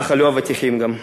כך עלו האבטיחים גם.